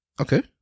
Okay